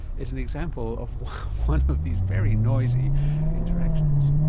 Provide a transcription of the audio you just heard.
is an example of one of these very noisy interactions